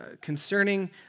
Concerning